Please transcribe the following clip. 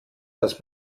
dass